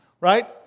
Right